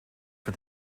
for